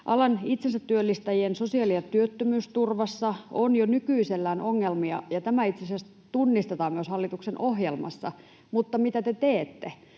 Alan itsensätyöllistäjien sosiaali- ja työttömyysturvassa on jo nykyisellään ongelmia, ja tämä itse asiassa tunnistetaan myös hallituksen ohjelmassa. Mutta mitä te teette?